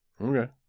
Okay